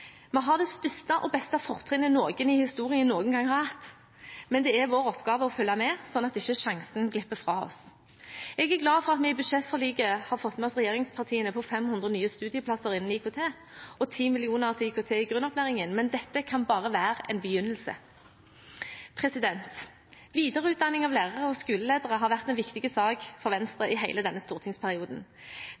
Vi har det største og beste fortrinnet noen i historien noen gang har hatt. Men det er vår oppgave å følge med, sånn at ikke sjansen glipper fra oss. Jeg er glad for at vi i budsjettforliket har fått med oss regjeringspartiene på 500 nye studieplasser innen IKT og 10 mill. kr til IKT i grunnopplæringen. Men dette kan bare være en begynnelse. Videreutdanning av lærere og skoleledere har vært en viktig sak for Venstre i hele denne stortingsperioden.